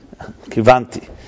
kivanti